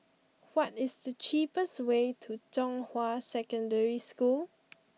what is the cheapest way to Zhonghua Secondary School